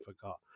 forgot